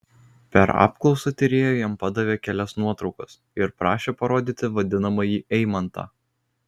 per apklausą tyrėja jam padavė kelias nuotraukas ir prašė parodyti vadinamąjį eimantą